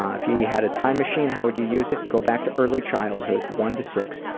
um if you you had a time machine, how would you use it? go back to early childhood, one to six,